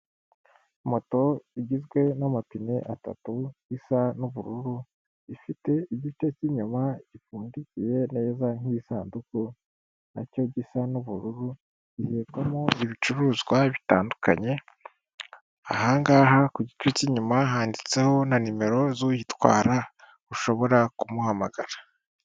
Moto igizwe n'amapine atatu isa n'ubururu, ifite igice cy'inyuma gipfundikiye neza nk'isanduku nacyo gisa n'ubururu, ishyirwamo ibicuruzwa bitandukanye, ahangaha ku gice cy'inyuma handitseho na nimero z'uyitwara ushobora kumuhamagara.